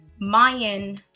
Mayan